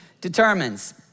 determines